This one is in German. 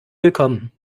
willkommen